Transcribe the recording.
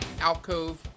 alcove